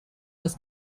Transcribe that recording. das